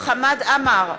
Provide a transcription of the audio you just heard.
חמד עמאר,